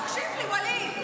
אתה לא מקשיב לי, ואליד.